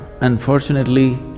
Unfortunately